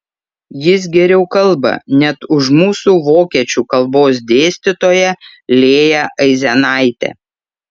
jis geriau kalba net už mūsų vokiečių kalbos dėstytoją lėją aizenaitę